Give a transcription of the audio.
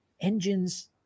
engines